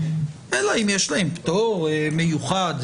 אלא אם יש להם פטור מיוחד.